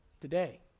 Today